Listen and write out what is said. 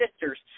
Sisters